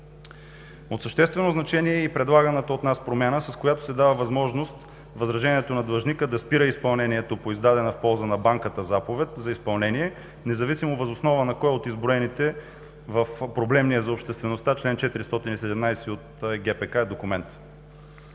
От съществено значение е и предлаганата от нас промяна, с която се дава възможност възражението на длъжника да спира изпълнението по издадена в полза на банката заповед за изпълнение, независимо въз основа на кой от изброените в проблемния за обществеността чл. 417 от ГПК е документ.